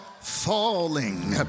falling